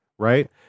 right